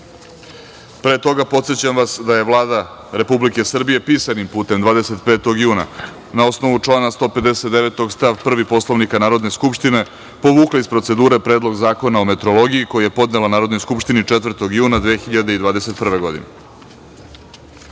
toga, podsećam vas da je Vlada Republike Srbije, pisanim putem, 25. juna, na osnovu člana 159. stav 1. Poslovnika Narodne skupštine, povukla iz procedure Predlog zakona o metrologiji, koji je podnela Narodnoj skupštini 4. juna 2021.